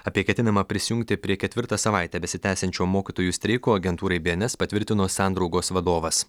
apie ketinimą prisijungti prie ketvirtą savaitę besitęsiančio mokytojų streiko agentūrai bė en es patvirtino sandraugos vadovas